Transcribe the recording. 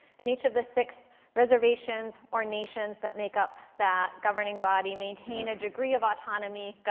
and each of the six reservations or nations that make up that governing body maintain a degree of autonomy,